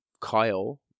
Kyle